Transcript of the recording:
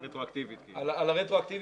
על הרטרואקטיבית.